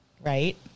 Right